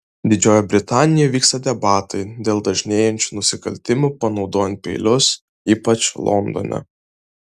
didžiojoje britanijoje vyksta debatai dėl dažnėjančių nusikaltimų panaudojant peilius ypač londone